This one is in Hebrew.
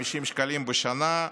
50 שקלים בשנה,